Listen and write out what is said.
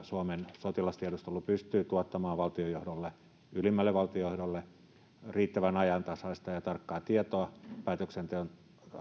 suomen sotilastiedustelu pystyy tuottamaan ylimmälle valtionjohdolle riittävän ajantasaista ja tarkkaa tietoa päätöksenteon